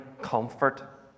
comfort